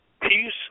Peace